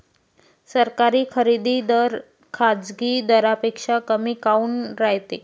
सरकारी खरेदी दर खाजगी दरापेक्षा कमी काऊन रायते?